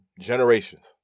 generations